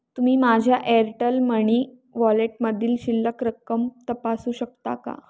तुम्ही माझ्या Airtel money वॉलेटमधील शिल्लक रक्कम तपासू शकता का